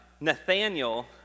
Nathaniel